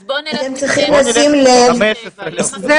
אז בואו נלך ל-15 באוקטובר.